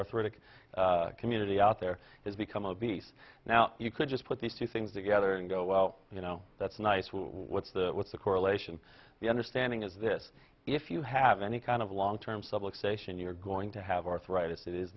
arthritic community out there has become obese now you could just put these two things together and go well you know that's nice what's the what's the correlation the understanding is this if you have any kind of long term subluxation you're going to have arthritis that is